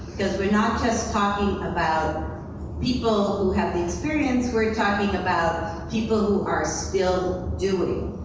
because we're not just talking about people who have the experience. we're talking about people who are still doing.